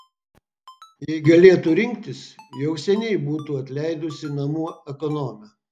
jei galėtų rinktis jau seniai būtų atleidusi namų ekonomę